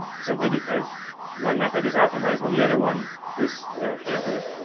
simply because one method is optimized when the other one is hampered,